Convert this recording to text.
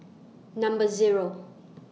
Number Zero